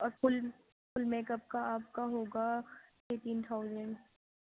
اور full full makeup کا آپ کا ہوگا ایٹین تھاؤزینڈ